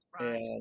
Right